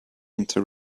into